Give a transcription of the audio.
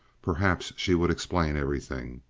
perhaps she would explain everything.